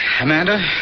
Amanda